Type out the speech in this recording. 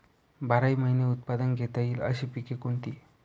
बाराही महिने उत्पादन घेता येईल अशी पिके कोणती?